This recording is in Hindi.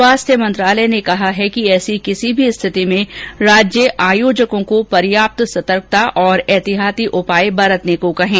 स्वास्थ्य मत्रांलय ने कहा कि ऐसी किसी भी स्थिति में राज्य आयोजकों को पर्याप्त सतर्कता और ऐहतियाती उपाय बरतने को कहें